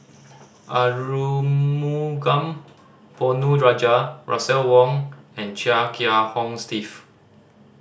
Arumugam Ponnu Rajah Russel Wong and Chia Kiah Hong Steve